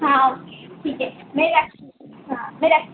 हाँ ठीक है मैं रखती हूँ मैं रखती हूँ